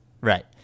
Right